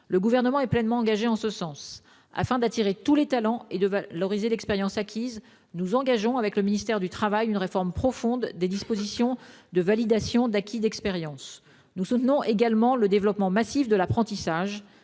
Le Gouvernement est pleinement engagé en ce sens. Afin d'attirer tous les talents et de valoriser l'expérience acquise, nous engageons, avec le ministre du travail, une réforme profonde des dispositifs de validation des acquis de l'expérience (VAE). Nous soutenons également le développement massif de l'apprentissage.